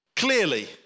clearly